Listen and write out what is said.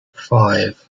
five